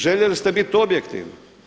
Željeli ste bit objektivni.